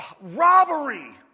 robbery